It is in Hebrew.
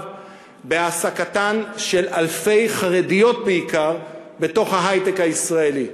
בהעסקה של אלפי חרדיות בעיקר בהיי-טק הישראלי.